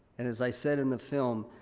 and as i said in the film,